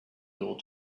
old